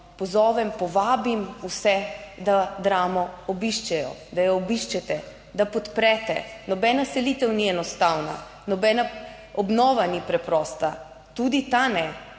pozovem, povabim vse, da Dramo obiščejo, da jo obiščete, da podprete. Nobena selitev ni enostavna. Nobena obnova ni preprosta, tudi ta ne.